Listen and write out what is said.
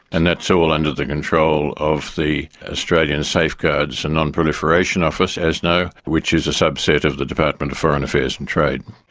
and that's so all under the control of the australian safeguards and non-proliferation office, asno, which is a subset of the department of foreign affairs and trade.